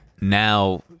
now